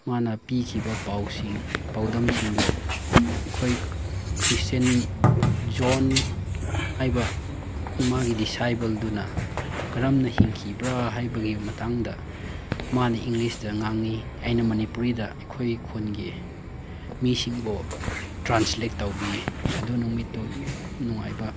ꯃꯥꯅ ꯄꯤꯈꯤꯕ ꯄꯥꯎꯁꯤꯡ ꯄꯥꯎꯗꯝꯁꯤꯡꯗꯣ ꯑꯩꯈꯣꯏ ꯈ꯭ꯔꯤꯁꯇꯦꯟ ꯖꯣꯟ ꯍꯥꯏꯕ ꯃꯥꯒꯤ ꯗꯤꯁꯥꯏꯕꯜꯗꯨꯅ ꯀꯔꯝꯅ ꯍꯤꯡꯈꯤꯕ꯭ꯔꯥ ꯍꯥꯏꯕꯒꯤ ꯃꯇꯥꯡꯗ ꯃꯥꯅ ꯏꯪꯂꯤꯁꯇ ꯉꯥꯡꯉꯤ ꯑꯩꯅ ꯃꯅꯤꯄꯨꯔꯤꯗ ꯑꯩꯈꯣꯏ ꯈꯨꯟꯒꯤ ꯃꯤꯁꯤꯡꯕꯨ ꯇ꯭ꯔꯥꯟꯁꯂꯦꯠ ꯇꯧꯕꯤ ꯑꯗꯨ ꯅꯨꯃꯤꯠꯇꯨ ꯌꯥꯝ ꯅꯨꯡꯉꯥꯏꯕ